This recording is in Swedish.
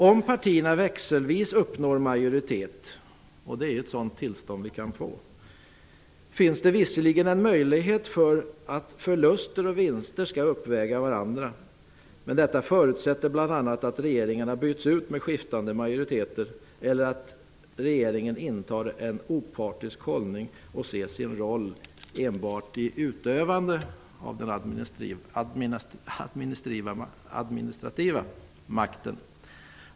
Om partierna växelvis uppnår majoritet -- det är ju ett tillstånd vi kan få -- finns det visserligen en möjlighet att förluster och vinster uppväger varandra, men det förutsätter bl.a. att regeringarna byts ut med skiftande majoriteter eller att regeringen intar en opartisk hållning och ser sin roll enbart i utövande av den administrativa makten.